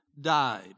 died